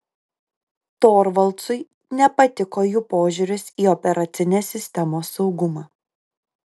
torvaldsui nepatiko jų požiūris į operacinės sistemos saugumą